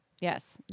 Yes